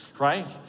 right